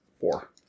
four